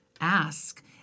ask